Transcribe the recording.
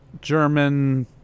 German